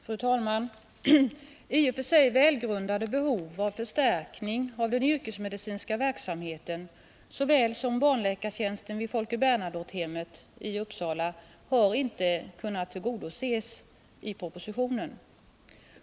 Fru talman! I och för sig välgrundade behov av förstärkning av yrkesmedicinsk verksamhet såväl som barnläkartjänsten vid Folke Bernadottehemmet i Uppsala har inte kunnat tillgodoses i propositionen.